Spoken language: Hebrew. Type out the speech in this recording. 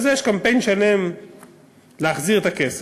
אז יש קמפיין שלם להחזיר את הכסף.